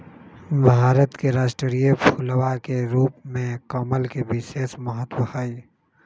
भारत के राष्ट्रीय फूलवा के रूप में कमल के विशेष महत्व हई